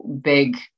big